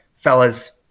Fellas